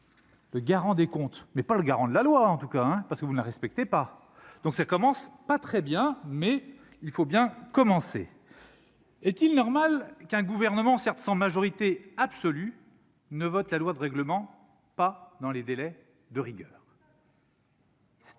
le garant des comptes mais pas le garant de la loi, en tout cas, hein, parce que vous ne respectez pas donc ça commence pas très bien mais il faut bien commencer. Est-il normal qu'un gouvernement, certes sans majorité absolue ne votent la loi de règlement pas dans les délais de rigueur.